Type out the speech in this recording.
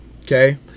Okay